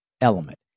element